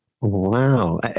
Wow